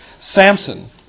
Samson